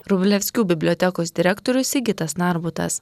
vrublevskių bibliotekos direktorius sigitas narbutas